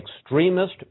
extremist